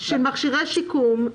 של מכשירי שיקום".